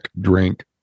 drink